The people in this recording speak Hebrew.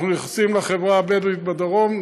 אנחנו נכנסים לחברה הבדואית בדרום,